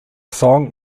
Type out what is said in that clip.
song